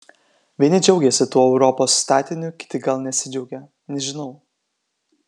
vieni džiaugiasi tuo europos statiniu kiti gal nesidžiaugia nežinau